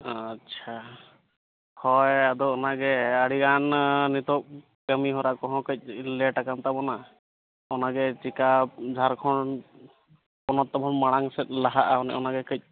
ᱟᱪᱪᱷᱟ ᱦᱳᱭ ᱟᱫᱚ ᱚᱱᱟᱜᱮ ᱟᱹᱰᱤᱜᱟᱱ ᱱᱤᱛᱚᱜ ᱠᱟᱹᱢᱤᱦᱚᱨᱟ ᱠᱚᱦᱚᱸ ᱠᱟᱹᱡ ᱞᱮᱴ ᱟᱠᱟᱱ ᱛᱟᱵᱚᱱᱟ ᱚᱱᱟᱜᱮ ᱪᱮᱠᱟ ᱡᱷᱟᱲᱠᱷᱚᱸᱰ ᱯᱚᱱᱚᱛ ᱛᱟᱵᱚᱱ ᱢᱟᱲᱟᱝ ᱥᱮᱫ ᱞᱟᱦᱟᱜᱼᱟ ᱚᱱᱮ ᱚᱱᱟᱜᱮ ᱠᱟᱹᱡ